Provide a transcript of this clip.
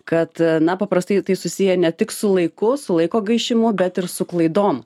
kad na paprastai tai susiję ne tik su laiku su laiko gaišimu bet ir su klaidom